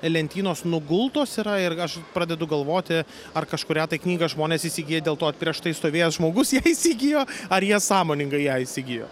lentynos nugultos yra ir aš pradedu galvoti ar kažkurią tai knygą žmonės įsigiję dėl to prieš tai stovėjęs žmogus ją įsigijo ar jie sąmoningai ją įsigijo